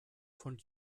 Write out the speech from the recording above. von